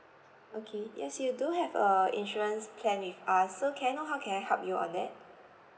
okay yes you do have a insurance plan with us so can I know how can I help you on that